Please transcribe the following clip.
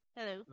Hello